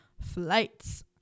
flights